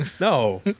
No